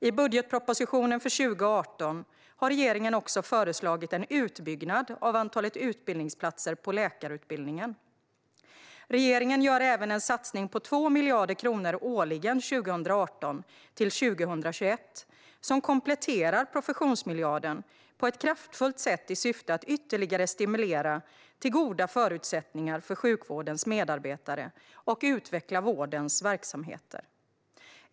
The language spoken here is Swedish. I budgetpropositionen för 2018 har regeringen också föreslagit en utbyggnad av antalet utbildningsplatser på läkarutbildningen. Regeringen gör även en satsning på 2 miljarder kronor årligen 2018 till 2021, som kompletterar professionsmiljarden på ett kraftfullt sätt i syfte att ytterligare stimulera till goda förutsättningar för sjukvårdens medarbetare och utveckla vårdens verksamheter.